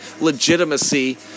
legitimacy